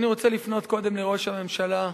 אני רוצה לפנות קודם לראש הממשלה,